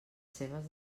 seves